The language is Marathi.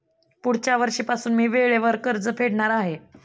पुढच्या वर्षीपासून मी वेळेवर कर्ज फेडणार आहे